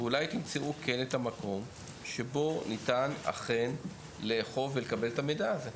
ואולי כן תמצאו את המקום שבו אכן ניתן לאכוף ולקבל את המידע הזה.